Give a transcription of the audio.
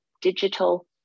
digital